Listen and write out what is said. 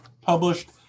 published